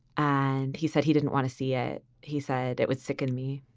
and he said he didn't want to see it. he said it was sickened me.